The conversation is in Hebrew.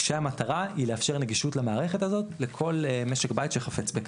כשהמטרה היא לאפשר נגישות למערכת הזאת לכל משק בית שחפץ בכך.